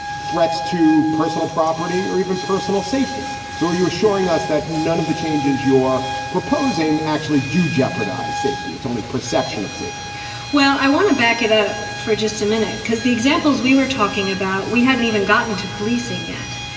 threats to personal property or even personal safety. so are you assuring us that none of the changes your proposing actually do jeopardize safety? it's only perception of safety well, i want to back it up for just a minute, because the examples we were talking about, we hadn't even gotten to policing it.